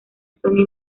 sony